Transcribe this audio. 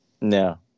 No